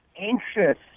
anxious